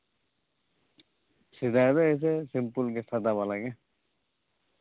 ᱥᱮᱫᱟᱭ ᱫᱚ ᱮᱭᱥᱮ ᱥᱤᱢᱯᱤᱞ ᱜᱮ ᱥᱟᱫᱟ ᱵᱟᱞᱟ ᱜᱮ